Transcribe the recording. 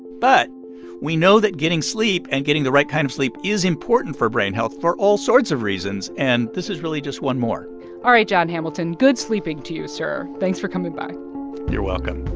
but we know that getting sleep and getting the right kind of sleep is important for brain health for all sorts of reasons, and this is really just one more all right, jon hamilton. good sleeping to you, sir. thanks for coming by you're welcome